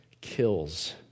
kills